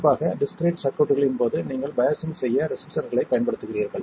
குறிப்பாக டிஸ்க்ரீட் சர்க்யூட்களின் போது நீங்கள் பயாசிங் செய்ய ரெசிஸ்டர்களைப் பயன்படுத்துகிறீர்கள்